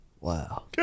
Wow